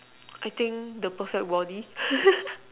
I think the perfect body